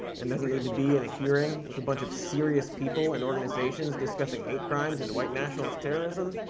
and doesn't need to be at a hearing with a bunch of serious people and organizations discussing hate crimes and white nationalist terrorism.